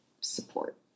support